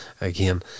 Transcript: again